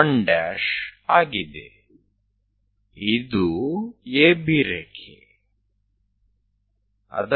AB એ આ લીટી છે